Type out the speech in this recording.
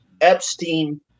Epstein